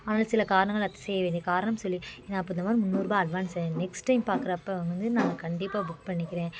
ஆனாலும் சில காரணங்களால் ரத்து செய்ய வேண்டிய காரணம் சொல்லி நான் இப்போ இந்தமாதிரி முந்நூறுபாய் அட்வான்ஸ் நெக்ஸ்ட் டைம் பாக்குறப்ப வந்து நான் கண்டிப்பாக புக் பண்ணிக்கிறேன்